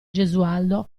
gesualdo